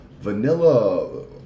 vanilla